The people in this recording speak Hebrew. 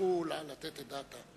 תאפשרו לה לתת את דעתה.